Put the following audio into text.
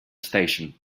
station